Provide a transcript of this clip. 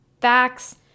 facts